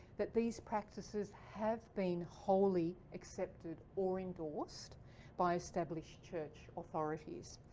that these practices have been wholly accepted or endorsed by established church authorities.